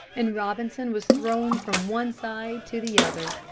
and robinson was thrown from one side to the other.